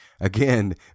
again